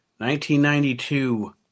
1992